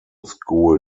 school